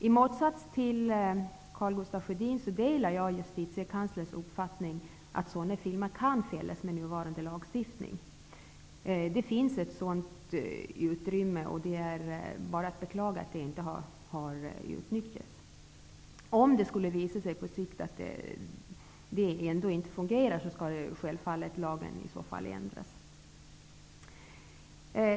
I motsats till Karl Gustaf Sjödin delar jag justitiekanslerns uppfattning att filmer med sådana inslag kan fällas med nuvarande lagstiftning. Det finns ett sådant utrymme i lagstiftningen. Det är bara att beklaga att det inte har utnyttjats. Om det skulle visa sig på sikt att det ändå inte fungerar, skall självfallet lagen ändras.